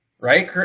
right